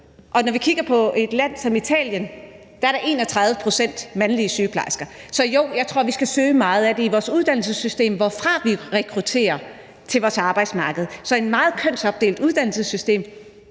når vi kigger på et land som Italien, så er der 31 pct. mandlige sygeplejersker. Så jo, jeg tror, vi skal søge meget af det i vores uddannelsessystem, hvorfra vi rekrutterer til vores arbejdsmarked, for vi har et meget kønsopdelt uddannelsessystem